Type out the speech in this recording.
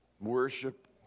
worship